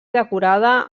decorada